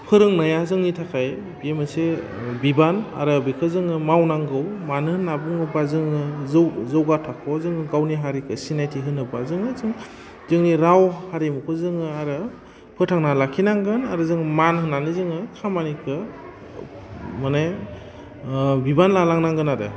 फोरोंनाया जोंनि थाखाय बेयो मोनसे बिबान आरो बेखौ जोङो मावनांगौ मानो होन्ना बुङोबा जोङो जौ जौगा थाखोआव जोङो गावनि हारिखौ सिनायथि होनोबा जोङो जों जोंनि राव हारिमुखौ जोङो आरो फोथांना लाखिनांगोन आरो जोङो मान होनानै जोङो खामानिखौ माने बिबान लालांनांगोन आरो